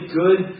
good